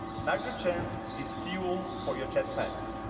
nitrogen is fuel for your jetpacks.